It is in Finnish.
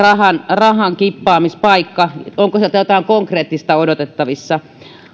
rahankippaamispaikka onko sieltä jotain konkreettista odotettavissa